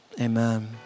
amen